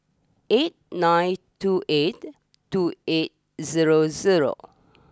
eight nine two eight two eight zero zero